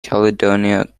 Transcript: caledonia